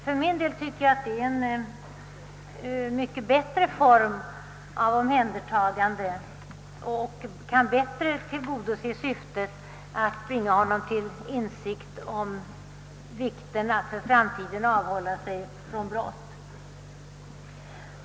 För min del tycker jag att detta är en mycket lämpligare form av omhändertagande, som bättre kan tillgodose syftet att bringa vederbörande till insikt om vikten av att i framtiden avhålla sig från brott.